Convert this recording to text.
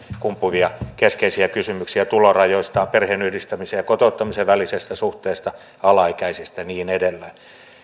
kumpuavia keskeisiä kysymyksiä tulorajoista perheenyhdistämisen ja kotouttamisen välisestä suhteesta alaikäisistä ja niin edelleen